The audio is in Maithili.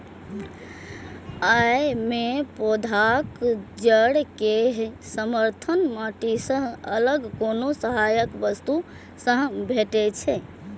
अय मे पौधाक जड़ कें समर्थन माटि सं अलग कोनो सहायक वस्तु सं भेटै छै